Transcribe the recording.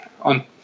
on